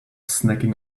snacking